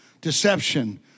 deception